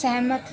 ਸਹਿਮਤ